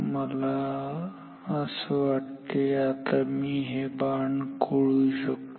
मला असं वाटते आता हे बाण मी खोडू शकतो